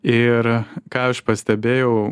ir ką aš pastebėjau